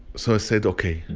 so i said ok,